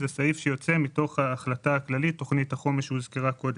זה סעיף שיוצא מתוך ההחלטה הכללית על תוכנית החומש שהוזכרה קודם.